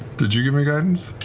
did you give me guidance?